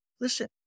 listen